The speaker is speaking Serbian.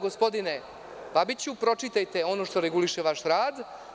Gospodine Babiću, pročitajte ono što reguliše vaš rad.